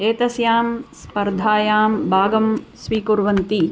एतस्यां स्पर्धायां भागं स्वीकुर्वन्ति